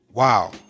wow